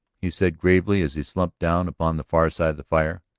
he said gravely as he slumped down upon the far side of the fire,